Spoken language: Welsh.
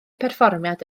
perfformiad